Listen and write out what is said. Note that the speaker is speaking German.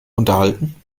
unterhalten